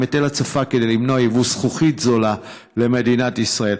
עם היטל הצפה כדי למנוע יבוא זכוכית זולה למדינת ישראל.